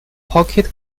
pocket